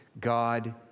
God